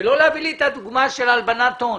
ולא להביא לי את הדוגמה של הלבנת הון.